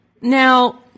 Now